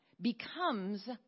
becomes